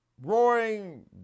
roaring